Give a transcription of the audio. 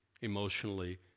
emotionally